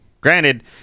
Granted